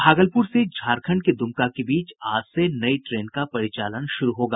भागलपुर से झारखंड के दुमका बीच आज से नई ट्रेन का परिचालन शुरू होगा